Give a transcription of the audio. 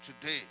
today